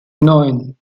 neun